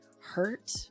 hurt